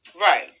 Right